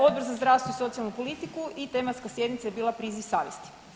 Odbor za zdravstvo i socijalnu politiku i tematska sjednica je bila priziv savjesti.